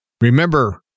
Remember